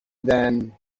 than